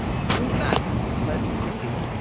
seems nuts, but maybe!